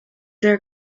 their